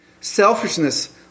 Selfishness